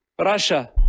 Russia